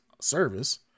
service